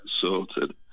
sorted